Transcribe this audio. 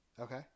Okay